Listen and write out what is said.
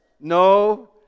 no